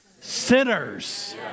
sinners